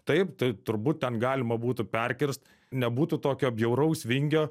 taip tai turbūt ten galima būtų perkirst nebūtų tokio bjauraus vingio